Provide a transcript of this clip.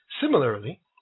Similarly